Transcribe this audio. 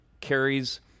carries